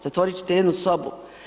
Zatvoriti ćete jednu sobu?